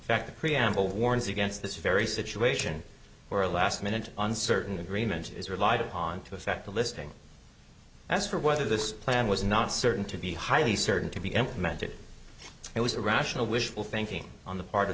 fact the preamble warns against this very situation where a last minute uncertain agreement is relied upon to effect a listing as for whether this plan was not certain to be highly certain to be implemented it was a rational wishful thinking on the part of